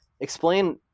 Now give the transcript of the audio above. explain